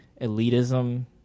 elitism